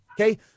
Okay